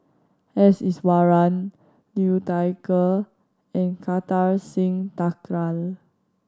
S Iswaran Liu Thai Ker and Kartar Singh Thakral